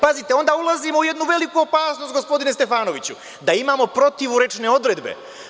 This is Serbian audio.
Pazite, onda ulazimo u jednu veliku opasnost, gospodine Stefanoviću, da imamo protivurečne odredbe.